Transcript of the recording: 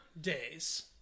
days